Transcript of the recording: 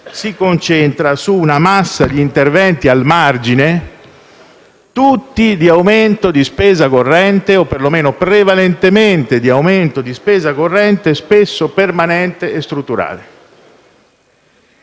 si concentrano su una massa di interventi al margine, tutti di aumento di spesa corrente o per lo meno prevalentemente di aumento di spesa corrente, spesso permanente e strutturale.